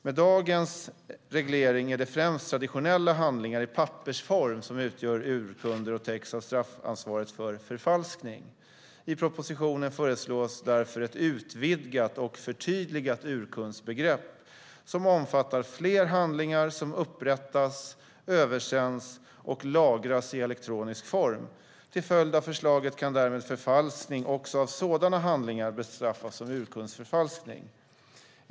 Med dagens reglering är det främst traditionella handlingar i pappersform som utgör urkunder och täcks av straffansvaret för förfalskning. I propositionen föreslås därför ett utvidgat och förtydligat urkundsbegrepp som omfattar fler handlingar som upprättas, översänds och lagras i elektronisk form. Till följd av förslaget kan därmed också förfalskning av sådana handlingar bestraffas som urkundsförfalskning.